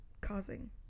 causing